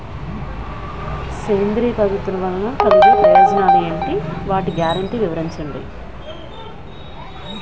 సేంద్రీయ పద్ధతుల వలన కలిగే ప్రయోజనాలు ఎంటి? వాటి గ్యారంటీ వివరించండి?